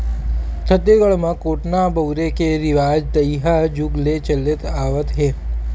छत्तीसगढ़ म कोटना बउरे के रिवाज तइहा जुग ले चले आवत हे